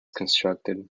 constructed